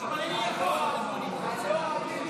אני נגד.